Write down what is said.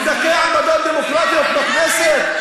לדכא עמדות דמוקרטיות בכנסת?